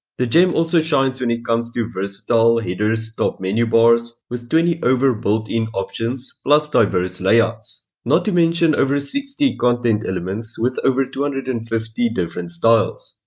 thegem also shines when it comes to versatile headers, top menu bars, with twenty over built in options plus diverse layouts, not to mention over sixty content elements with over two hundred and fifty different styles.